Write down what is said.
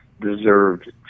deserved